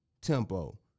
tempo